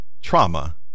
trauma